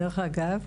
דרך אגב,